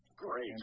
Great